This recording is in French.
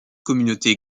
communauté